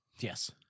Yes